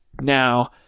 Now